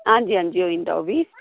हां'जी हां'जी होई जंदा ओह् बी